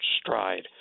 stride